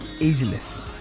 ageless